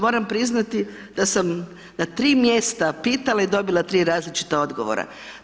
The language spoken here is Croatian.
Moram priznati da sam na tri mjesta pitala i dobila tri različita odgovora.